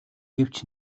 гэвч